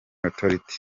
authority